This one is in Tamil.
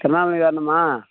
திருவண்ணாமலைக்கு வரணுமா